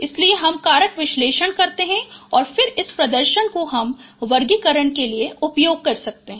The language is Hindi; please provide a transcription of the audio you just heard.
इसलिए हम कारक विश्लेषण करते हैं और फिर इस प्रदर्शन को हम वर्गीकरण के लिए उपयोग कर सकते हैं